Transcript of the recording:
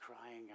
crying